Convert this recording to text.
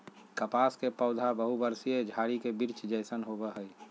कपास के पौधा बहुवर्षीय झारी के वृक्ष जैसन होबो हइ